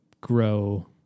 grow